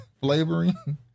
flavoring